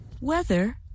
Weather